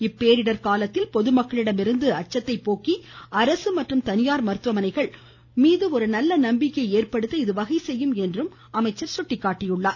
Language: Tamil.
இப்பேரிடர் காலத்தில் பொதுமக்களிடமிருந்து அச்சத்தை போக்கி அரசு மற்றும் தனியார் மருத்துவமனைகள் மீது ஒரு நல்ல நம்பிக்கையை ஏற்படுத்த இதுவகை செய்யும் என்றார்